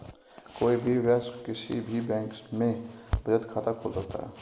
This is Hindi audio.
कोई भी वयस्क किसी भी बैंक में बचत खाता खोल सकता हैं